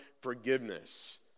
forgiveness